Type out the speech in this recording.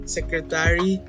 Secretary